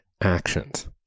actions